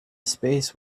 space